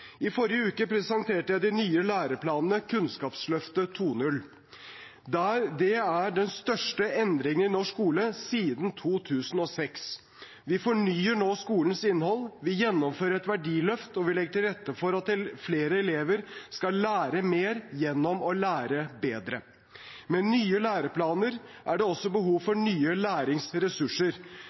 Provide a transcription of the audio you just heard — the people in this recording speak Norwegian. I forrige uke presenterte jeg de nye læreplanene, Kunnskapsløftet 2.0. Det er den største endringen av norsk skole siden 2006. Vi fornyer nå skolens innhold. Vi gjennomfører et verdiløft, og vi legger til rette for at flere elever skal lære mer gjennom å lære bedre. Med nye læreplaner er det også behov for nye læringsressurser.